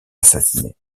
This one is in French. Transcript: assassinés